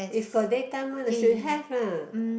if got daytime one should have lah